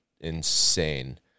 insane